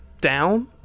Down